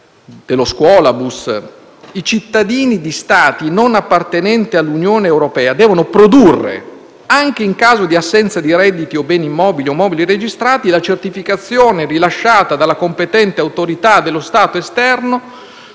dello scuolabus - «i cittadini di Stati non appartenenti all'Unione europea devono produrre - anche in caso di assenza di redditi o beni immobili o mobili registrati - la certificazione rilasciata dalla competente autorità dello Stato esterno